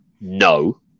No